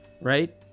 right